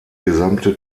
gesamte